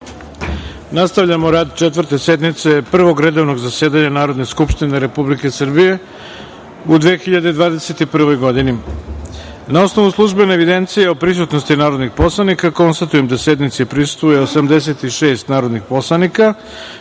nastavljamo rad Četvrte sednice Prvog redovnog zasedanja Narodne skupštine Republike Srbije u 2021. godini. Na osnovu službene evidencije o prisutnosti narodnih poslanika, konstatujem da sednici prisustvuje 86 narodnih poslanika. Radi